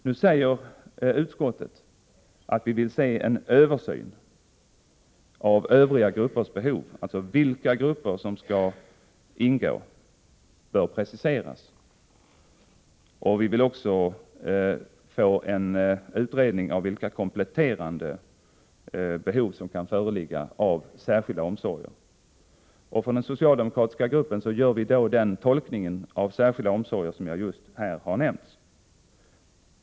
Nu säger vi i utskottet att vi vill ha en översyn av övriga gruppers behov, dvs. att det bör preciseras vilka grupper som skall ingå. Och vi vill också få till stånd en kompletterande utredning av vilka behov av särskilda omsorger som kan föreligga. Från den socialdemokratiska gruppen gör vi den tolkningen av begreppet särskilda omsorger som jag nyss har redovisat.